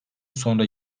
sonra